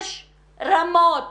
יש רמות